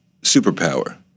superpower